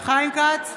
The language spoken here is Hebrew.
חיים כץ,